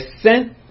sent